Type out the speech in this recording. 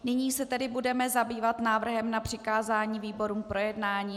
Nyní se tedy budeme zabývat návrhem na přikázání výborům k projednání.